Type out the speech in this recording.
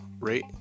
rate